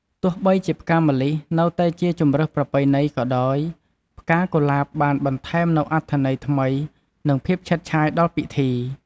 ទោះបីជាផ្កាម្លិះនៅតែជាជម្រើសប្រពៃណីក៏ដោយ ផ្កាកុលាបបានបន្ថែមនូវអត្ថន័យថ្មី និងភាពឆើតឆាយដល់ពិធី។